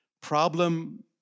Problem